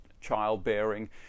childbearing